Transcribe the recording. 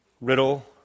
riddle